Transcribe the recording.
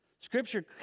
Scripture